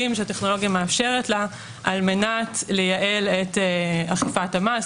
שהטכנולוגיה שמאפשרת לה על מנת לייעל את אכיפת המס,